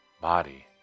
body